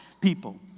people